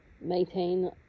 Maintain